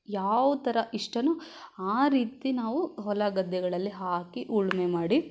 ಯಾವ ಥರ ಇಷ್ಟವೋ ಆ ರೀತಿ ನಾವು ಹೊಲ ಗದ್ದೆಗಳಲ್ಲಿ ಹಾಕಿ ಉಳುಮೆ ಮಾಡಿ